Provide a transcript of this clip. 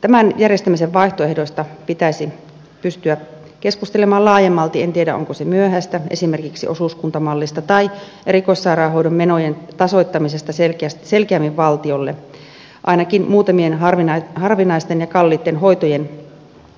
tämän järjestämisen vaihtoehdoista pitäisi pystyä keskustelemaan laajemmalti en tiedä onko se myöhäistä esimerkiksi osuuskuntamallista tai erikoissairaanhoidon menojen tasoittamisesta selkeämmin valtiolle ainakin muutamien harvinaisten ja kalliitten hoitojen